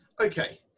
okay